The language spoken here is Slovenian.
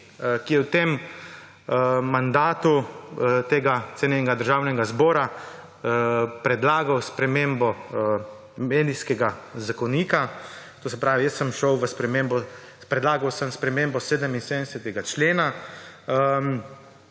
ki je v tem mandatu tega cenjenega državnega zbora predlagal spremembo medijskega zakonika, to se pravi, predlagal sem spremembo 77. člena,